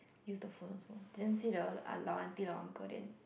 use the phone also didn't see the ah lao aunty lao uncle then